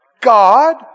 God